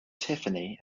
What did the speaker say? tiffany